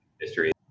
history